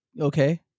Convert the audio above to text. okay